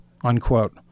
unquote